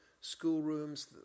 schoolrooms